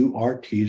URTs